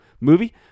movie